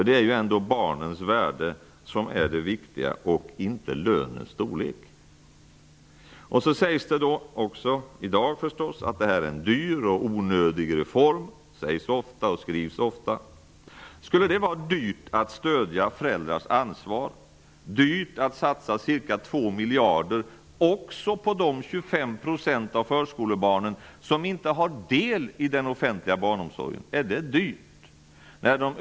Det är ändå barnens värde och inte lönens storlek som är det viktiga. Det sägs också i dag att reformen är dyr och onödig. Det sägs och skrivs ofta. Skulle det vara dyrt att stödja föräldrars ansvar och att satsa ca 2 miljarder på de 25 % av förskolebarnen som inte har del i den offentliga barnomsorgen? Är det dyrt?